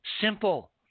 Simple